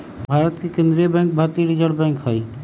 भारत के केंद्रीय बैंक भारतीय रिजर्व बैंक हइ